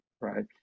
right